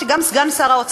את התשובה שקיבלתי,